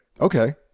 Okay